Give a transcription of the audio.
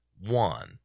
one